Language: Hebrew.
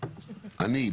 אני,